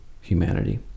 humanity